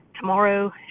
Tomorrow